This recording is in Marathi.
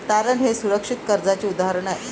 तारण हे सुरक्षित कर्जाचे उदाहरण आहे